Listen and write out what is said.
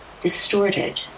distorted